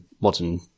modern